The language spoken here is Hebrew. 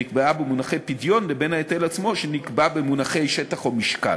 שנקבעה במונחי פדיון לבין ההיטל עצמו שנקבע במונחי שטח או משקל.